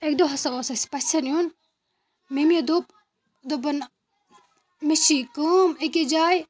اَکہِ دۄہ ہسا اوس اَسہِ پَژھٮ۪ن یُن مٔمی دوٚپ دوٚپُن مےٚ چھےٚ کٲم أکِس جایہِ